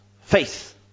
faith